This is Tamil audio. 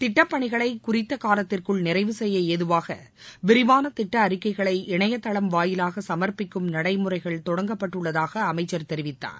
திட்டப் பணிகளை குறித்த காலத்திற்குள் நிறைவு செய்ய ஏதுவாக விரிவாள திட்ட அறிக்கைகளை இணையதளம் வாயிலாக சமர்ப்பிக்கும் நடைமுறைகள் தொடங்கப்பட்டுள்ளதாக அமைச்சர் தெரிவித்தார்